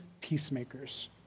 peacemakers